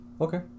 Okay